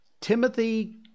Timothy